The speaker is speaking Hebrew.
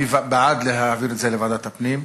מי בעד להעביר את זה לוועדת הפנים?